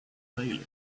bailey